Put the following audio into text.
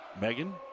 Megan